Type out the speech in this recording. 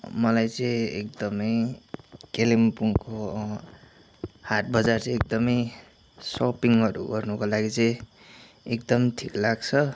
मलाई चाहिँ एकदमै कालिम्पोङको हाटबजार चाहिँ एकदमै सपिङहरू गर्नुको लागि चाहिँ एकदम ठिक लाग्छ